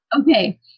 Okay